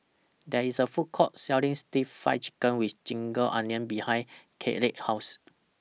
There IS A Food Court Selling Stir Fried Chicken with Ginger Onions behind Kaylene's House